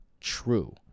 True